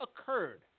occurred